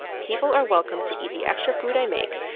people are welcome to eat the extra food i make,